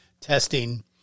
testing